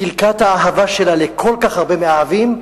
חילקה את האהבה שלה לכל כך הרבה מאהבים,